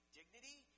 dignity